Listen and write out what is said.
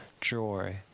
joy